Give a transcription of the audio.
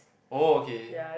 oh okay